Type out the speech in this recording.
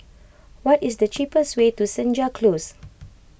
what is the cheapest way to Senja Close